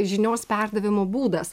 žinios perdavimo būdas